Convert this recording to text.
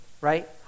right